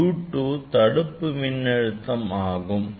U 2 மின்னணுவின் தடுப்பு மின் அழுத்தம் ஆகும்